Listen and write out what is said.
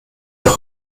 der